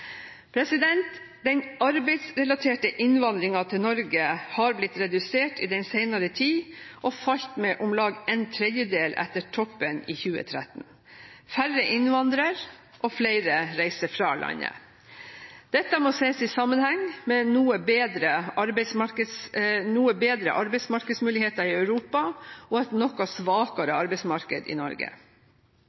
Den arbeidsrelaterte innvandringen til Norge har blitt redusert i den senere tid, og falt med om lag en tredjedel etter toppen i 2013. Færre innvandrer, og flere reiser fra landet. Dette må ses i sammenheng med noe bedre arbeidsmarkedsmuligheter i Europa og et noe svakere arbeidsmarked i Norge.